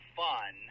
fun